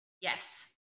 Yes